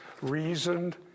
Reasoned